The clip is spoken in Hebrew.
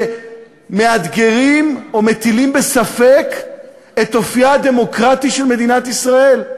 שמאתגרים או מטילים בספק את אופייה הדמוקרטי של מדינת ישראל.